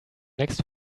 next